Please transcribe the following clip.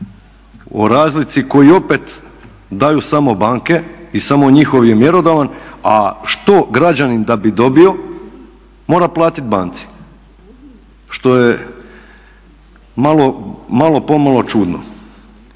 o razlici koji opet daju samo banke i samo njihov je mjerodavan, a što građanin da bi dobio mora platit banci, što je malo pomalo čudno.